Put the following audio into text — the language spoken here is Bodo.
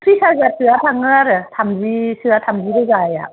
थ्रिस हाजारसोआ थाङो आरो थामजिसोआ थामजि रोजाया